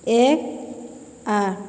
ଏକ ଆଠ